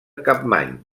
capmany